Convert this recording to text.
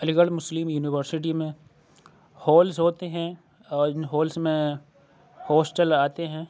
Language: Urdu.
علی گڑھ مسلم یونیورسٹی میں ہالز ہوتے ہیں اور ان ہالز میں ہاسٹل آتے ہیں